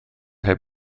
heb